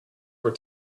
were